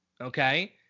okay